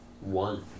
One